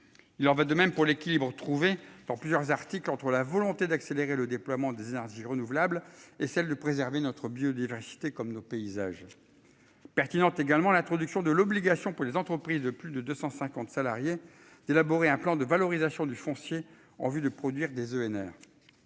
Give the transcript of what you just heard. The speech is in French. Il en va de même pour l'équilibre retrouvé dans plusieurs articles entre la volonté d'accélérer le déploiement des arts du renouvelable et celle de préserver notre biodiversité comme nos paysages. Pertinente également l'introduction de l'obligation pour les entreprises de plus de 250 salariés d'élaborer un plan de valorisation du foncier en vue de produire des ENR.